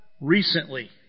recently